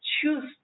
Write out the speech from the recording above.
choose